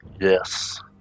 Yes